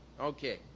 Okay